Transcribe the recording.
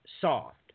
soft